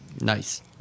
Nice